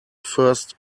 first